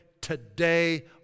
today